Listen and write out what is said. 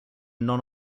non